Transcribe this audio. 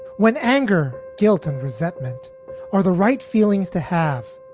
when anger, guilt and resentment are the right feelings to have.